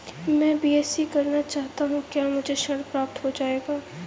मैं बीएससी करना चाहता हूँ क्या मुझे ऋण प्राप्त हो जाएगा?